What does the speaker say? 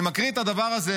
אני מקריא את הדבר הזה,